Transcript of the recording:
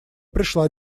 пришла